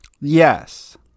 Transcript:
yes